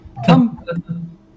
Come-